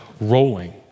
rolling